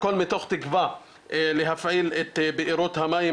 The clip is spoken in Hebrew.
הכול מתוך תקווה להפעיל את בארות המים